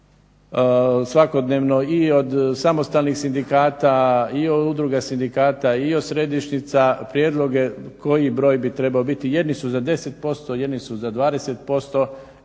svakodnevno i od samostalnih sindikata i od udruga sindikata i od središnjica prijedloge koji broj bi trebao biti. Jedni su za 10%, jedni su za 20%